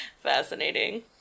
fascinating